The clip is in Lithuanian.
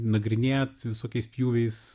nagrinėjat visokiais pjūviais